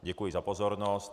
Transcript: Děkuji za pozornost.